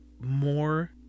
more